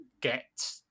get